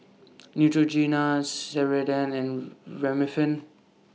Neutrogena Ceradan and Remifemin